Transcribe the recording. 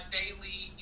daily